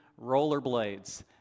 rollerblades